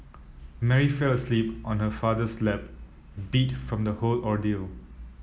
Mary fell asleep on her father's lap beat from the whole ordeal